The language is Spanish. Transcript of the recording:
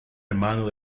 hermano